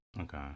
Okay